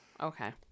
Okay